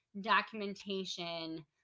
documentation